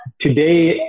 today